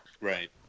Right